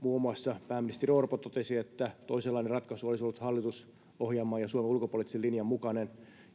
muun muassa pääministeri Orpo totesi, että toisenlainen ratkaisu olisi ollut hallitusohjelman ja Suomen ulkopoliittisen linjan mukainen,